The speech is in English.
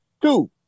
Two